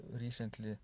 recently